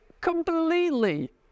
completely